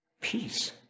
peace